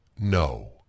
No